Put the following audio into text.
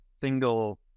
single